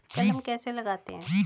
कलम कैसे लगाते हैं?